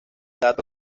dato